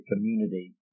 Community